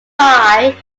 lie